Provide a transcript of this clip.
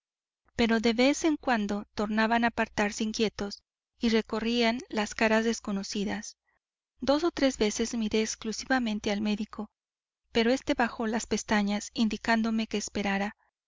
pero de vez en cuando tornaban a apartarse inquietos y recorrían las caras desconocidas dos o tres veces miré exclusivamente al médico pero éste bajó las pestañas indicándome que esperara